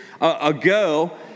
ago